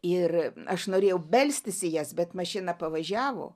ir aš norėjau belstis į jas bet mašina pavažiavo